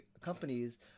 companies